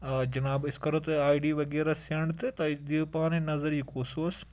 آ جِناب أسۍ کَرو تۄہِہ آیی ڈی وغیرہ سٮ۪نٛڈ تہٕ تۄہِہ دِیو پانَے نظر یہِ کُس اوس